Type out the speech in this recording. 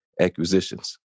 acquisitions